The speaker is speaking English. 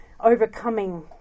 overcoming